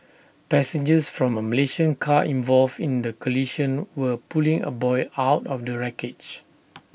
passengers from A Malaysian car involved in the collision were pulling A boy out of the wreckage